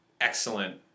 excellent